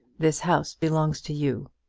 this house belongs to you.